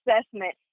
assessment